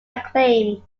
acclaimed